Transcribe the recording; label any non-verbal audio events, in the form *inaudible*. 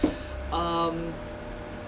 *breath* um